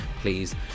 please